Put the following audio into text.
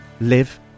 live